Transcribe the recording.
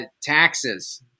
Taxes